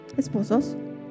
esposos